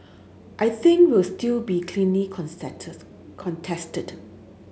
I think will still be keenly contested contested